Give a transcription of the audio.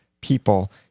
people